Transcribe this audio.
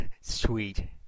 Sweet